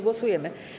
Głosujemy.